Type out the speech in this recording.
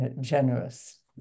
generous